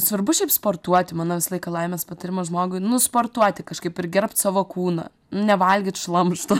svarbu šiaip sportuoti mano visą laiką laimės patarimas žmogui nu sportuoti kažkaip ir gerbt savo kūną nevalgyt šlamšto